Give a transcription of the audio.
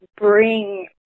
bring